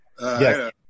Yes